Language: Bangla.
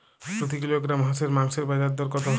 প্রতি কিলোগ্রাম হাঁসের মাংসের বাজার দর কত?